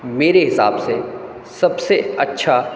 मेरे हिसाब से सबसे अच्छा